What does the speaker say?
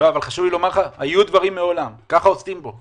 חשוב לי לומר לך, היו דברים מעולם, כך עוסקים פה.